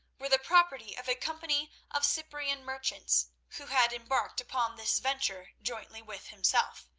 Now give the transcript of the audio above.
were the property of a company of cyprian merchants who had embarked upon this venture jointly with himself.